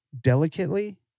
delicately